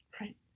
Right